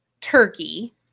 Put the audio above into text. turkey